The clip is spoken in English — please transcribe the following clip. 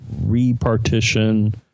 repartition